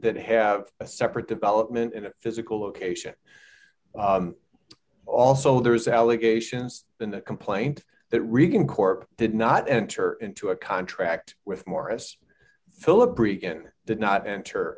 that have a separate development in a physical location also there's allegations in the complaint that reagan corp did not enter into a contract with morris philip reagan did not enter